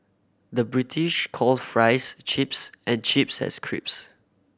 the British calls fries chips and chips has crisps